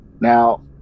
Now